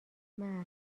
مرد